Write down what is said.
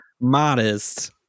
modest